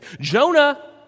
Jonah